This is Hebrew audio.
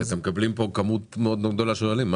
אתם מקבלים פה כמות מאד מאד גדולה של עולים.